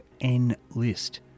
N-List